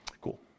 Cool